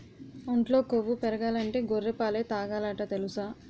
ఒంట్లో కొవ్వు పెరగాలంటే గొర్రె పాలే తాగాలట తెలుసా?